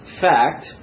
fact